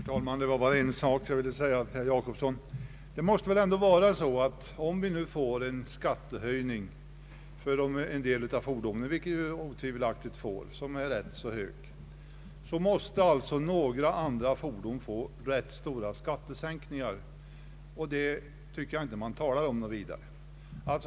Herr talman! Det är bara en sak jag vill säga till herr Gösta Jacobsson. Det måste väl vara så att om vi får skattehöjningar för en del fordon, vilket vi otvivelaktigt får — det är fråga om en rätt stor höjning —, måste vi för andra fordon få rätt stora skattesänkningar. Det talar man inte något vidare om.